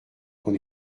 qu’on